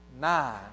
nine